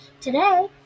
today